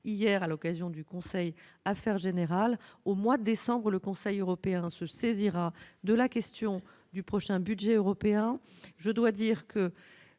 hier lors du conseil Affaires générales. Au mois de décembre, le Conseil européen se saisira de la question du prochain budget européen. Nous